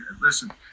listen